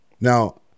now